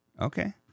Okay